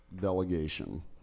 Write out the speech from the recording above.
delegation